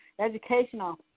educational